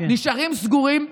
נשארים סגורים,